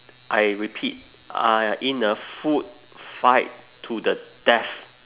I repeat uh in a food fight to the death